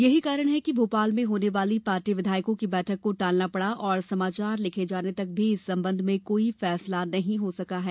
यही कारण हैकि भोपाल में होने वाली पार्टी विधायकों की बैठक को टालना पड़ा और समाचार लिखे जाने तक भी इस संबंध में कोई फैसला नहीं हो सका है